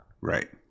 Right